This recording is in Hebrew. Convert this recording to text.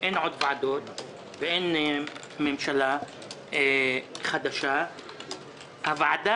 - אין עוד ועדות ואין ממשלה חדשה - הוועדה